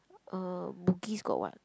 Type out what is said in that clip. uh Bugis got what